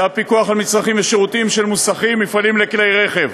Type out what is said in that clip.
צו הפיקוח על מצרכים ושירותים (מוסכים ומפעלים לכלי רכב).